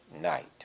night